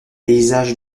paysages